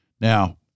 Now